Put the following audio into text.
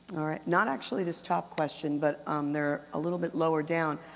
not actually this top question, but um they're a little bit lower down.